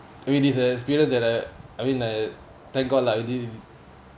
I mean this a experience that I I mean I thank god lah indeed